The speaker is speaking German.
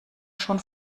schon